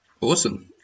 Awesome